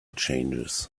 changes